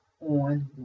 on